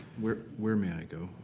where where may i go?